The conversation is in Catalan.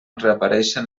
reaparèixer